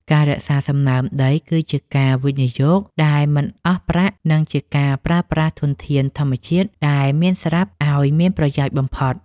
ការរក្សាសំណើមដីគឺជាការវិនិយោគដែលមិនអស់ប្រាក់ និងជាការប្រើប្រាស់ធនធានធម្មជាតិដែលមានស្រាប់ឱ្យមានប្រយោជន៍បំផុត។